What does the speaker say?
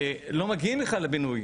לא מגיעים בכלל לבינוי,